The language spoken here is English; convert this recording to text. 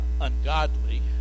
Ungodly